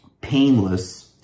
Painless